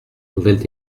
nouvelles